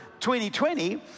2020